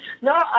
No